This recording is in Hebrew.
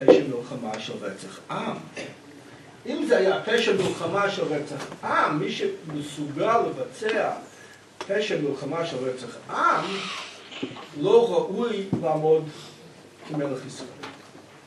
פשע מלחמה של רצח עם, אם זה היה פשע מלחמה של רצח עם, מי שמסוגל לבצע פשע מלחמה של רצח עם לא ראוי לעמוד כמלך ישראל.